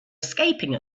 escaping